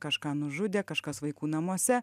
kažką nužudė kažkas vaikų namuose